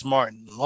Martin